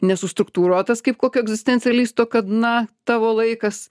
nesustruktūruotas kaip kokio egzistencialisto kad na tavo laikas